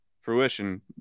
fruition